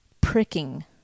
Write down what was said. pricking